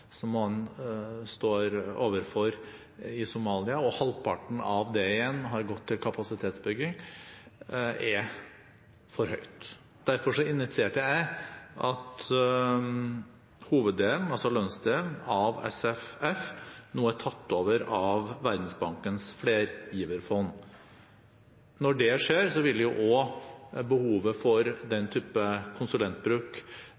man står overfor i Somalia – er for mye. Derfor initierte jeg at hoveddelen – lønnsdelen – av SFF skulle tas over av Verdensbankens flergiverfond. Når det skjer, vil jo også behovet for